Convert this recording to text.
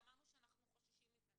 אנחנו אמרנו שאנחנו חוששים מזה.